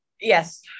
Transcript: Yes